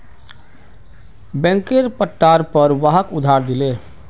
बैंकेर पट्टार पर वहाक उधार दिले